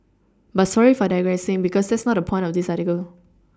but sorry for digressing because that's not the point of this article